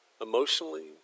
Emotionally